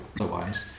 otherwise